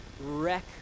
wreck